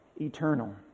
eternal